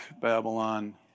Babylon